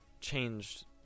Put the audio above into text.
changed